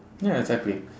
ya exactly